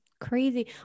crazy